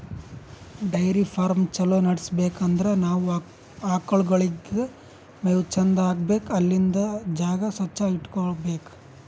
dairy farm ಛಲೋ ನಡ್ಸ್ಬೇಕ್ ಅಂದ್ರ ನಾವ್ ಆಕಳ್ಗೋಳಿಗ್ ಮೇವ್ ಚಂದ್ ಹಾಕ್ಬೇಕ್ ಅಲ್ಲಿಂದ್ ಜಾಗ ಸ್ವಚ್ಚ್ ಇಟಗೋಬೇಕ್